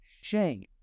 shame